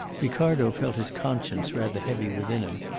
ricardo felt his conscience rather heavy within him,